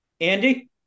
Andy